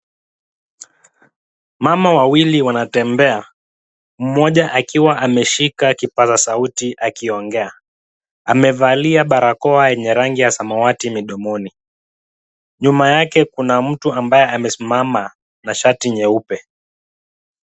Mama wawili wanatembea , mmoja akiwa ameshika kipaza sauti akiongea. Amevalia barakoa yenye rangi ya samawati mdomoni. Nyuma yake kuna mtu ambaye amesimama na shati nyeupe.